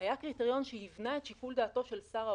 היה קריטריון שהבנה את שיקול דעתו של שר האוצר,